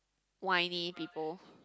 whiny people